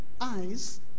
eyes